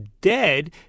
dead